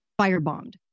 firebombed